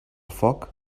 foc